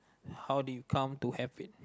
how do you come to have it